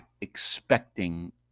expecting